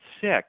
sick